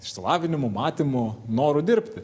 išsilavinimu matymu noru dirbti